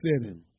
sinning